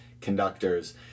conductors